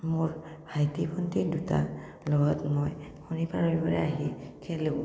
মোৰ ভাইটি ভণ্টী দুটা লগত মই শনিবাৰে ৰবিবাৰে আহি খেলোঁ